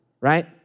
right